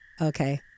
okay